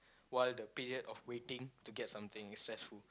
while the period of waiting to get something is stressful